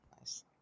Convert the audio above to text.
Nice